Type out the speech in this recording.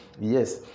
Yes